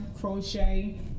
crochet